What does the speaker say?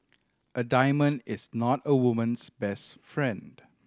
a diamond is not a woman's best friend